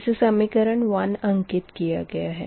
इसे समीकरण 1 अंकित किया गया है